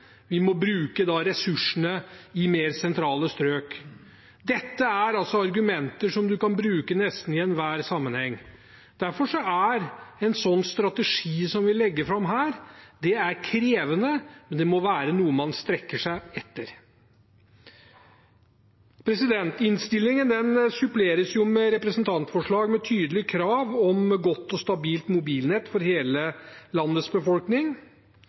vi må bruke ressursene i mer sentrale strøk. Dette er argumenter man kan bruke i nesten enhver sammenheng. Derfor er en sånn strategi som vi legger fram her, krevende, men det må være noe man strekker seg etter. Innstillingen suppleres med representantforslag med tydelige krav om et godt og stabilt mobilnett for hele landets befolkning,